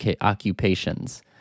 occupations